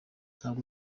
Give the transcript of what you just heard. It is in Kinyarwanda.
ntabwo